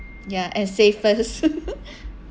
ya and safest